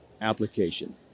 application